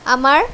আমাৰ